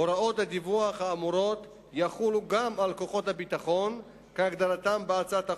הוראות הדיווח האמורות יחולו גם על כוחות הביטחון כהגדרתם בהצעת החוק,